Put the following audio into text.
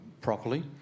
properly